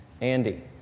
Andy